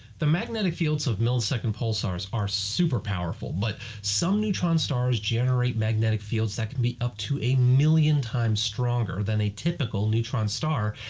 the magnetic fields of millisecond pulsars are super-powerful, but some neutron stars generate magnetic fields that can be up to a million times stronger than a typical neutron star,